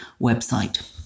website